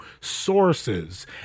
sources